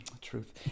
Truth